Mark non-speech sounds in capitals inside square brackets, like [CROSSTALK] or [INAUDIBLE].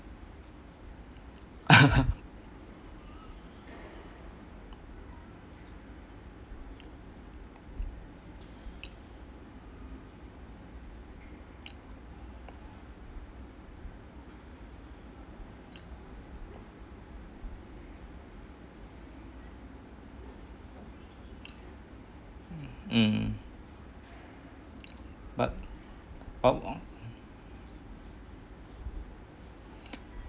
[LAUGHS] mm but but